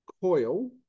coil